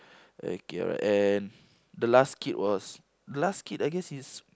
okay alright and the last kid was last kid I guess he's